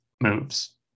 moves